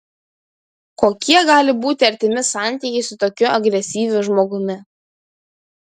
kokie gali būti artimi santykiai su tokiu agresyviu žmogumi